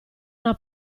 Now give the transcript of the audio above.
una